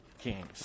kings